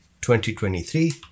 2023